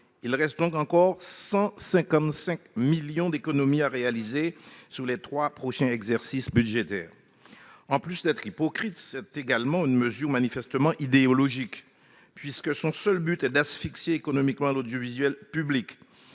Il reste donc encore 155 millions d'euros d'économies à réaliser sur les trois prochains exercices budgétaires. En plus d'être hypocrite, cette mesure est manifestement idéologique, puisque son unique objet est d'asphyxier économiquement l'audiovisuel public.